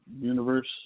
universe